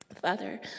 Father